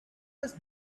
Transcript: was